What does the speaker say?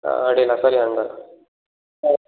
ಅಡ್ಡಿಲ್ಲ ಸರಿ ಹಂಗಾದ್ರೆ ಆಯಿತು